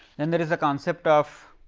then there is a concept of